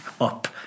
up